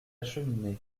cheminée